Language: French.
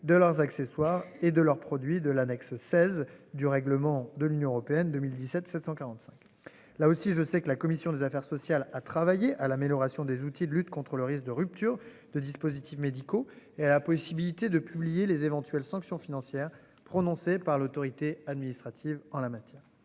de leurs accessoires et de leur produit de l'annexe 16 du règlement de l'Union européenne. 2017 745. Là aussi, je sais que la commission des affaires sociales à travailler à l'amélioration des outils de lutte contre le risque de rupture de dispositifs médicaux et à la possibilité de publier les éventuelles sanctions financières prononcées par l'autorité administrative en la matière.